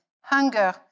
hunger